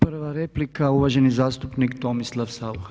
Prva replika, uvaženi zastupnik Tomislav Saucha.